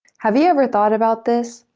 have you ever thought about this?